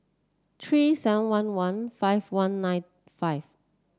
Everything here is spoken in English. three seven one one five one nine five